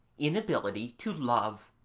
inability to love,